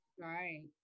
Right